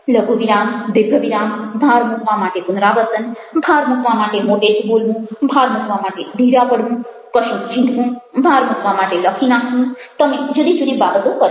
લઘુ વિરામ દીર્ઘ વિરામ ભાર મૂકવા માટે પુનરાવર્તન ભાર મૂકવા માટે મોટેથી બોલવું ભાર મૂકવા માટે ધીરા પડવું કશુંક ચીંધવું ભાર મૂકવા માટે લખી નાખવું તમે જુદી જુદી બાબતો કરી શકો